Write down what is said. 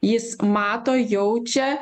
jis mato jaučia